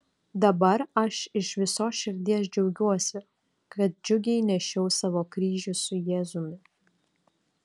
dabar aš iš visos širdies džiaugiuosi kad džiugiai nešiau savo kryžių su jėzumi